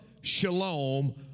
Shalom